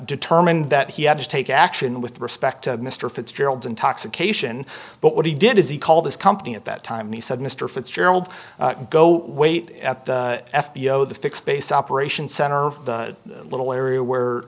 determined that he had to take action with respect to mr fitzgerald's intoxication but what he did is he called his company at that time and he said mr fitzgerald go wait at the f b o the fixed base operation center the little area where